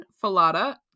Falada